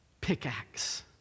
pickaxe